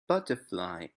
butterfly